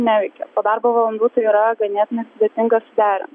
neveikia po darbo valandų tai yra ganėtinai sudėtinga suderint